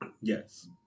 Yes